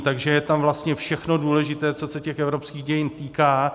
Takže je tam vlastně všechno důležité, co se evropských dějin týká.